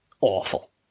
awful